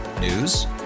News